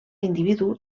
individu